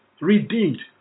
redeemed